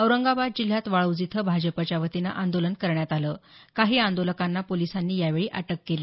औरंगाबाद जिल्ह्यात वाळ्रज इथं भाजपच्या वतीनं आंदोलन करण्यात आलं काही आंदोलकर्त्यांना पोलिसांनी अटक केली